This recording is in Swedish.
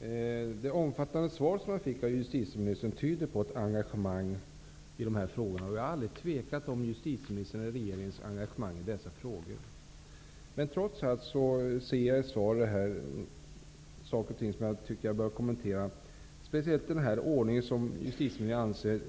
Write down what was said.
Herr talman! Det omfattande svar som jag fick av justitieministern tyder på ett engagemang i de här frågorna. Jag har aldrig tvivlat på justitieministerns eller regeringens engagemang i dessa frågor. Trots allt ser jag i svaret saker och ting som jag tycker att jag bör kommentera. Det gäller speciellt den ordning som